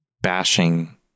bashing